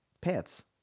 pants